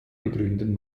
begründen